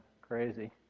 crazy